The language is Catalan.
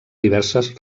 diverses